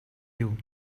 you